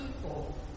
people